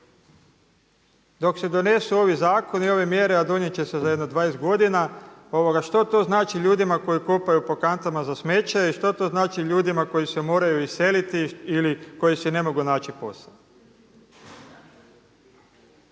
Dok se donesu ovi zakoni i ove mjere, a donijet će se za jedno 20 godina, što to znači ljudima koji kopaju po kantama za smeće i što to znači ljudima koji se moraju iseliti i koji si ne mogu naći posao.